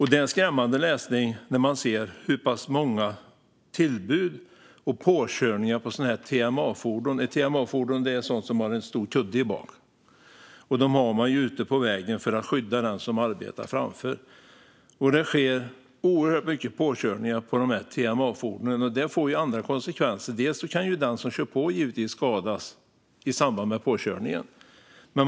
Det är en skrämmande läsning när man ser hur pass många tillbud det är och hur många påkörningar av TMA-fordon det är. Ett TMA-fordon är ett fordon som har en stor kudde baktill. Dessa fordon har man ute på vägen för att skydda dem som arbetar framför dessa fordon. Det sker oerhört många påkörningar av TMA-fordon. Det får också andra konsekvenser. Den som kör på kan givetvis skadas i samband med påkörningen.